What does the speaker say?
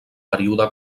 període